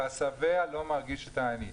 והשבע לא מרגיש את העני.